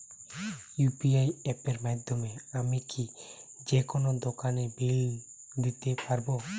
UPI অ্যাপের মাধ্যমে আমি কি যেকোনো দোকানের বিল দিতে পারবো?